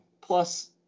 Plus